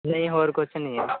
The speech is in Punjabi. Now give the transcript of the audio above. ਨਹੀਂ ਹੋਰ ਕੁਛ ਨਹੀਂ